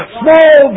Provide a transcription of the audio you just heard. small